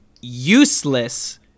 useless